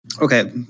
Okay